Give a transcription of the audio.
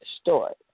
story